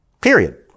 Period